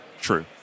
true